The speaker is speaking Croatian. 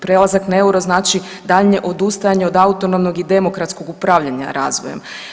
Prelazak na EUR-o znači daljnje odustajanje od autonomnog i demokratskog upravljanja razvojem.